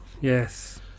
Yes